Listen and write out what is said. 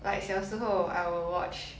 like 小时候 I will watch